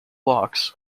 locks